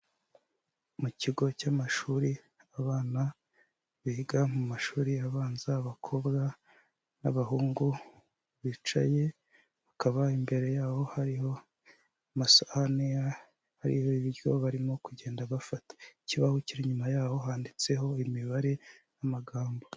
Mu kigo cy'amashuri abana biga mu mashuri abanza, abakobwa n'abahungu bicaye, bakaba imbere yabo hariho amasahane, hari ibiryo barimo kugenda bafata. Ikibaho kiri inyuma yaho handitseho imibare n'amagambo.